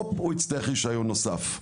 הופ הוא יצטרך רישיון נוסף.